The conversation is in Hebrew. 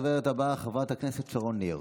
הדוברת הבאה, חברת הכנסת שרון ניר.